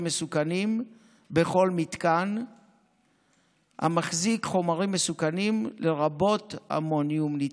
מסוכנים בכל מתקן המחזיק חומרים מסוכנים לרבות אמונים ניטראט.